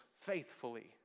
faithfully